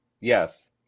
Yes